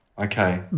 Okay